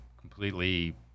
completely